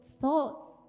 thoughts